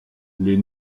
les